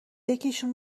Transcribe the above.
یکیشون